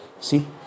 See